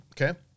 okay